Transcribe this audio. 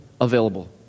available